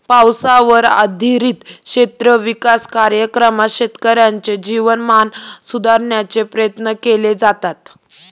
पावसावर आधारित क्षेत्र विकास कार्यक्रमात शेतकऱ्यांचे जीवनमान सुधारण्याचे प्रयत्न केले जातात